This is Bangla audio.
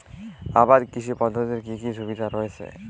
আবাদ কৃষি পদ্ধতির কি কি সুবিধা রয়েছে?